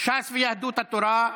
ש"ס ויהדות התורה.